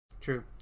True